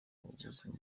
ubuzima